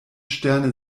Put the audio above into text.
sterne